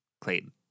Clayton